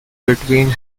between